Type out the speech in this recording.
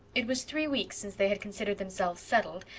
it was three weeks since they had considered themselves settled,